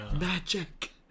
magic